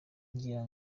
ngira